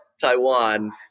Taiwan